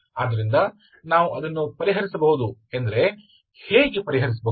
ಆದ್ದರಿಂದ ನಾವು ಅದನ್ನು ಪರಿಹರಿಸಬಹುದು ಎಂದರೆ ಹೇಗೆ ಪರಿಹರಿಸಬಹುದು